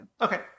okay